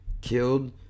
killed